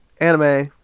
anime